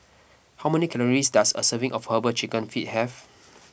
how many calories does a serving of Herbal Chicken Feet have